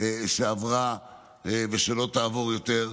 שעברה אסונות כאלה, ושלא תעבור יותר.